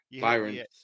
Byron